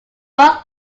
both